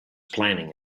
planning